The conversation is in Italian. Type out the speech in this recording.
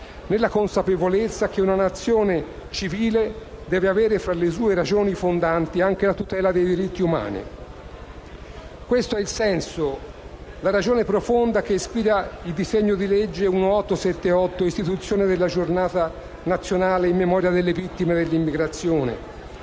nella consapevolezza che una nazione civile deve avere fra le sue ragioni fondanti anche la tutela dei diritti umani. Questo è il senso e la ragione profonda che ispira il disegno di legge n. 1878 «Istituzione della Giornata nazionale in memoria delle vittime dell'immigrazione»,